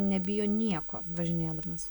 nebijo nieko važinėdamas